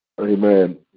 amen